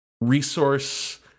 resource